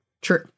True